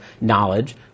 knowledge